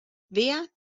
wer